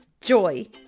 joy